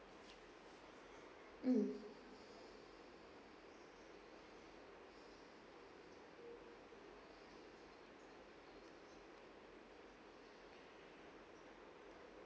mm